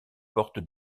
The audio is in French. portent